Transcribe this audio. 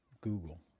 Google